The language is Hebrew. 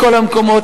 מכל המקומות,